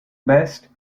best